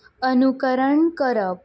अनुकरण करप